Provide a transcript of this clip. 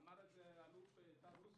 אמר את זה האלוף טל רוסו